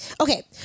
Okay